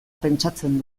pentsatzen